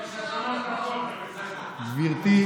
גברתי,